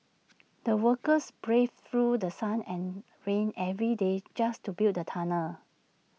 the workers braved through The Sun and rain every day just to build the tunnel